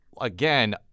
again